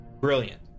Brilliant